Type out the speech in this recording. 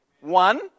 one